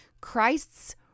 Christ's